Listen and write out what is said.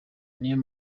niyo